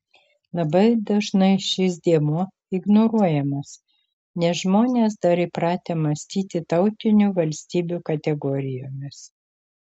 labai dažnai šis dėmuo ignoruojamas nes žmonės dar įpratę mąstyti tautinių valstybių kategorijomis